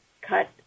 cut